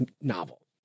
novel